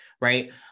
right